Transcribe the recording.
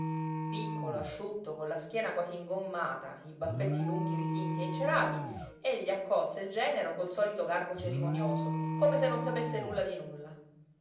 piccolo asciutto con la schiena quasi ingommata i baffetti lunghi ritinti e incerati egli accolse il genero col solito garbo cerimonioso come se non sapesse nulla di nulla